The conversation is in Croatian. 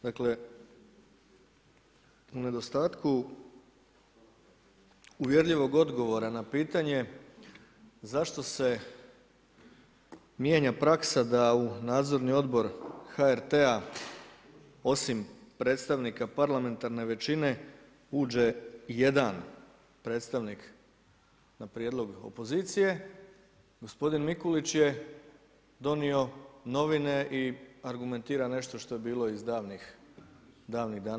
Dakle u nedostatku uvjerljivog odgovora na pitanje zašto se mijenja praksa da u Nadzorni odbor HRT-a osim predstavnika parlamentarne većine uđe jedan predstavnik na prijedlog opozicije gospodin Mikulić je donio novine i argumentira nešto što je bilo iz davnih dana.